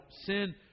sin